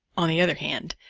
on the other hand,